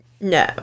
No